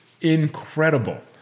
incredible